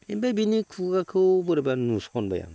इनिफ्राय बिनि खुगाखौ बोरैबा नुस'नबाय आं